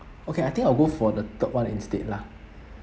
okay I think I'll go for the third one instead lah